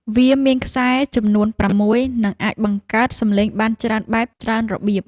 វាមានខ្សែចំនួនប្រាំមួយ និងអាចបង្កើតសំឡេងបានច្រើនបែបច្រើនរបៀប។